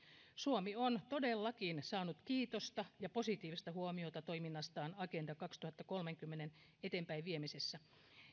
suomi on todellakin saanut kiitosta ja positiivista huomiota toiminnastaan agenda kaksituhattakolmekymmentän eteenpäinviemisessä